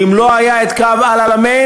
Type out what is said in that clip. ואם לא היה קו אל-עלמיין,